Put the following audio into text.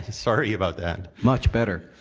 sorry about that. much better.